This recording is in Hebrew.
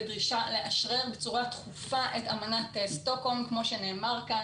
בדרישה לאשרר בצורה דחופה את אמנת שטוקהולם כמו שנאמר כאן.